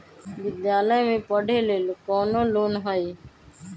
विद्यालय में पढ़े लेल कौनो लोन हई?